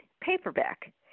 paperback